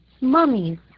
mummies